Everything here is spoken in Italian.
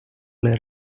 alle